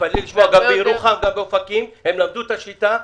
תתפלאי לשמוע אבל גם בירוחם וגם באופקים למדו את השיטה.